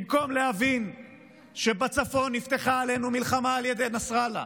במקום להבין שבצפון נפתחה עלינו מלחמה על ידי נסראללה.